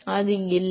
மாணவர் அது இல்லை